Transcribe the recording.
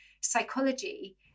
psychology